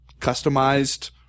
customized